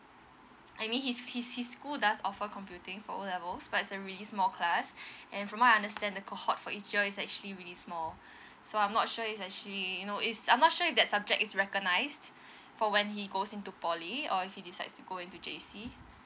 I mean his his his school does offer computing for O levels but is a really small class and from what I understand the cohort for each year is actually really small so I'm not sure is actually you know is I'm not sure if that subject is recognised for when he goes into poly or if he decides to go into J_C